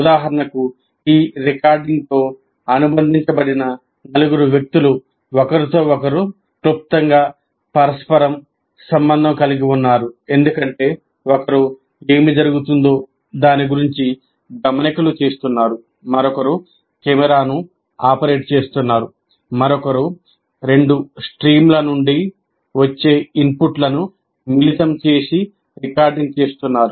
ఉదాహరణకు ఈ రికార్డింగ్తో అనుబంధించబడిన నలుగురు వ్యక్తులు ఒకరితో ఒకరు క్లుప్తంగా పరస్పరం సంబంధం కలిగి ఉన్నారు ఎందుకంటే ఒకరు ఏమి జరుగుతుందో దాని గురించి గమనికలు చేస్తున్నారు మరొకరు కెమెరాను ఆపరేట్ చేస్తున్నారు మరొకరు రెండు స్ట్రీమ్ల నుండి వచ్చే ఇన్పుట్లను మిళితం చేసి రికార్డింగ్ చేస్తున్నారు